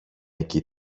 εκεί